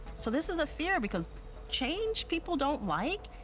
so this is a fear, because change, people don't like,